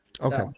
Okay